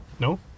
No